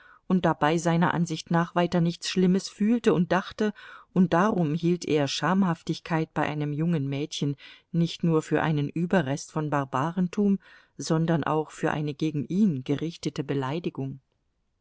und dabei seiner ansicht nach weiter nichts schlimmes fühlte und dachte und darum hielt er schamhaftigkeit bei einem jungen mädchen nicht nur für einen überrest von barbarentum sondern auch für eine gegen ihn gerichtete beleidigung